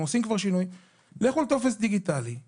אני